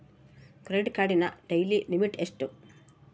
Credit ಕಾರ್ಡಿನ daily limit ಎಷ್ಟು?